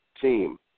team